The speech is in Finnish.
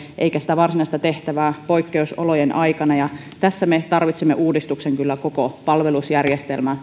eikä sitä varsinaista tehtävää siviilipalveluksen käyneille poikkeusolojen aikana ja tässä me tarvitsemme uudistuksen kyllä koko palvelusjärjestelmään